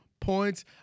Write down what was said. Points